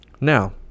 Now